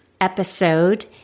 episode